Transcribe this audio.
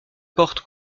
porte